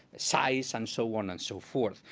size, and so on and so forth.